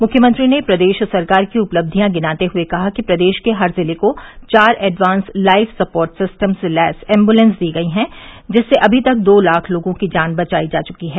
मुख्यमंत्री ने प्रदेश सरकार की उपलबियां गिनाते हुए कहा कि प्रदेश के हर जिले को चार एडवांस लाइफ सपोर्ट सिस्टम से लैस एम्बुलेंस दी गयी हैं जिससे अभी तक दो लाख लोगों की जान बचायी जा चुकी हैं